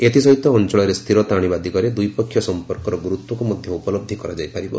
ଏଥିସହିତ ଅଞ୍ଚଳରେ ସ୍ଥିରତା ଆଣିବା ଦିଗରେ ଦ୍ୱିପକ୍ଷିୟ ସଂପର୍କର ଗୁରୁତ୍ୱକୁ ମଧ୍ୟ ଉପଲହ୍ଧି କରାଯାଇ ପାରିବ